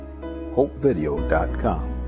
hopevideo.com